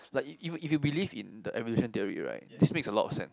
like if you if you believe in the evolution theory right this makes a lot of sense